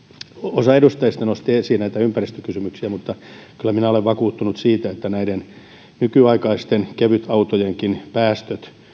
osa edustajista nosti esiin ympäristökysymyksiä mutta kyllä minä olen vakuuttunut siitä että näiden nykyaikaisten kevytautojenkin päästöt